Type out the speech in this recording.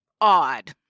odd